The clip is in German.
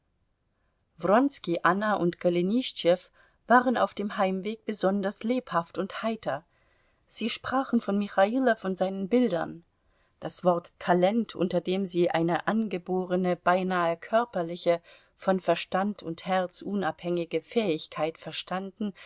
wronski anna und golenischtschew waren auf dem heimweg besonders lebhaft und heiter sie sprachen von michailow und seinen bildern das wort talent unter dem sie eine angeborene beinahe körperliche von verstand und herz unabhängige fähigkeit verstanden